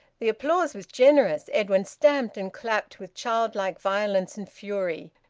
the applause was generous. edwin stamped and clapped with childlike violence and fury.